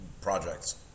projects